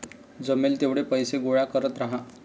जमेल तेवढे पैसे गोळा करत राहा